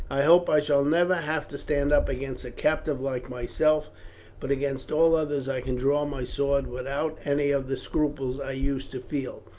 i hope i shall never have to stand up against a captive like myself but against all others i can draw my sword without any of the scruples i used to feel.